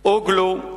אוגלו: